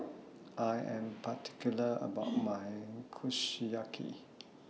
I Am particular about My Kushiyaki